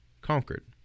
conquered